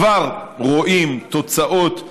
כבר רואים תוצאות חיוביות.